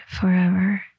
forever